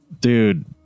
dude